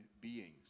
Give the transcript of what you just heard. beings